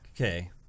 Okay